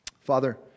Father